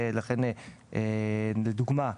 לכן, לדוגמה,